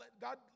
God